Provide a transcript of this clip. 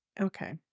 okay